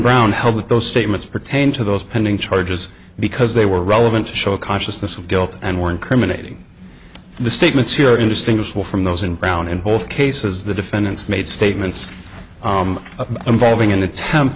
brown held that those statements pertain to those pending charges because they were relevant to show consciousness of guilt and were incriminating the statements here are indistinguishable from those in brown in both cases the defendants made statements involving in attempt